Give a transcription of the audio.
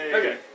okay